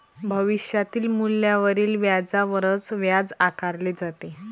भविष्यातील मूल्यावरील व्याजावरच व्याज आकारले जाते